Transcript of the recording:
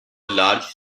large